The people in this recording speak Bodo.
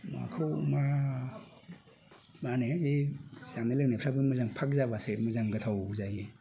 माखौ मा माने बे जानाय लोंनायफ्राबो मोजां थाब जाबासो मोजां गोथाव जायो